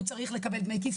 הוא צריך לקבל דמי כיס,